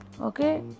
Okay